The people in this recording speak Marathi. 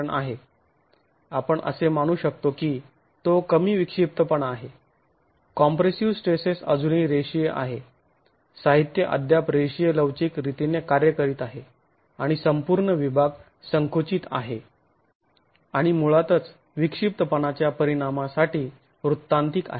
आपण असे मानू शकतो की तो कमी विक्षिप्तपणा आहे कॉम्प्रेसीव स्ट्रेसेस अजूनही रेषीय आहे साहित्य अद्याप रेषीय लवचिक रीतीने कार्य करीत आहे आणि संपूर्ण विभाग संकुचित आहे आणि मुळातच विक्षिप्तपणाच्या परिणामासाठी वृत्तांतीक आहे